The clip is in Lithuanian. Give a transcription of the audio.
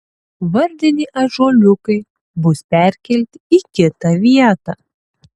vardiniai ąžuoliukai bus perkelti į kitą vietą